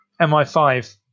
MI5